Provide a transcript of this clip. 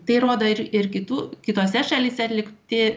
tai rodo ir ir kitų kitose šalyse atlikti